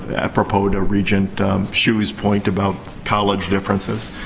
apropos, regent hsu's point about college differences.